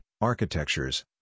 architectures